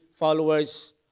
Followers